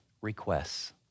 requests